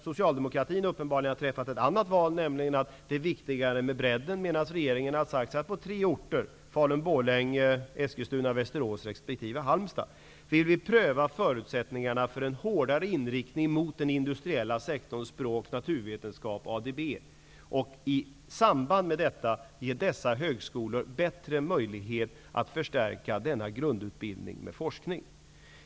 Socialdemokraterna har uppenbarligen träffat ett annat val och tycker att bredden är viktigare, medan regeringen har sagt att man vill pröva förutsättningarna för en hårdare inriktning mot den industriella sektorn, språk, naturvetenskap och Eskilstuna/Västerås och Halmstad. I samband med detta vill vi ge dessa högskolor bättre möjlighet att förstärka denna grundutbildning med forskning.